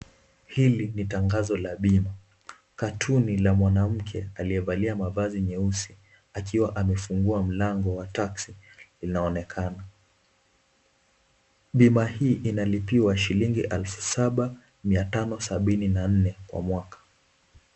Hili ni tangazo la bima. Katuni la mwanamke aliyevalia mavazi nyeusi akiwa amefungia mlango wa taxi anaonekana. Bima hii inalipiwa shilingi elfu saba mia tano sabini na nne kwa mwaka.